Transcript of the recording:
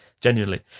genuinely